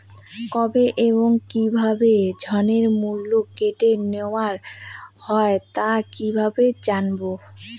কবে এবং কিভাবে ঋণের মূল্য কেটে নেওয়া হয় তা কিভাবে জানবো?